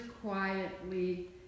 quietly